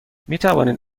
میتوانید